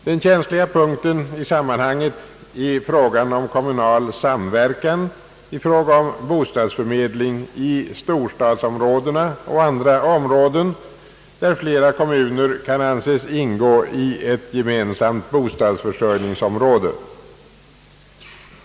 Den känsliga punkten i sammanhanget är frågan om kommunal samverkan beträffande bostadsförmedling i storstadsområdena och andra områden där flera kommuner kan anses ingå i ett gemensamt bostadsförsörjningsområde.